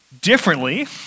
differently